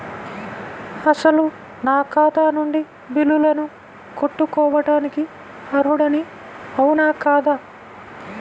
అసలు నా ఖాతా నుండి బిల్లులను కట్టుకోవటానికి అర్హుడని అవునా కాదా?